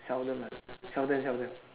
seldom ah seldom seldom